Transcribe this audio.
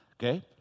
Okay